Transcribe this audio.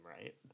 right